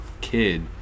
kid